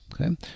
okay